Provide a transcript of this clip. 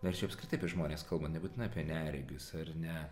nes čia apskritai apie žmones kalbant nebūtinai apie neregius ar ne